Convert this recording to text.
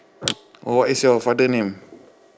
or what is your father name